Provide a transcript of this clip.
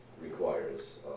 requires